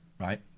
right